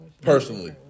personally